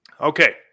Okay